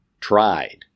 tried